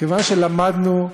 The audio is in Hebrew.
כיוון שלמדנו,